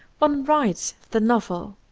one writes the novel,